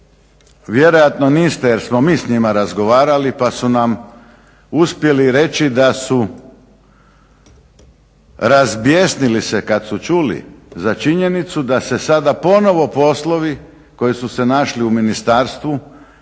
Vjerojatno niste jer smo mi s njima razgovarali pa su nam uspjeli reći da su razbjesnili se kad su čuli za činjenicu da se sada ponovo poslovi koji su se našli u Ministarstvu,